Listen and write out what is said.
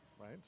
right